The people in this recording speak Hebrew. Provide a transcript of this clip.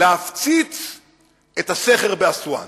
להפציץ את הסכר באסואן?